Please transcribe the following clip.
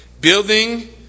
Building